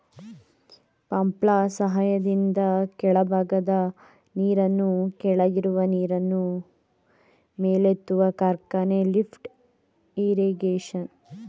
ಪಂಪ್ಗಳ ಸಹಾಯದಿಂದ ಕೆಳಭಾಗದ ನೀರನ್ನು ಕೆಳಗಿರುವ ನೀರನ್ನು ಮೇಲೆತ್ತುವ ಕಾರ್ಯವೆ ಲಿಫ್ಟ್ ಇರಿಗೇಶನ್